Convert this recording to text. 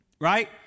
Right